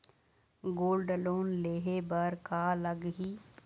Gold loan लेहे बर का लगही?